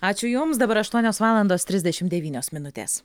ačiū jums dabar aštuonios valandos trisdešimt devynios minutės